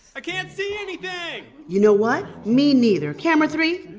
i can't see anything you know what? me neither. camera three,